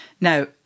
Now